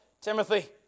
Timothy